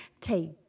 take